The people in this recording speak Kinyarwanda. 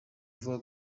avuga